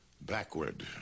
backward